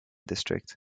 district